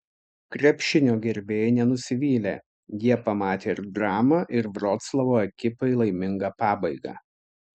krepšinio gerbėjai nenusivylė jie pamatė ir dramą ir vroclavo ekipai laimingą pabaigą